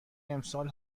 امسال